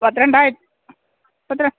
പന്ത്രണ്ടായിരം